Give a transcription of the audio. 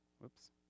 Whoops